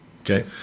Okay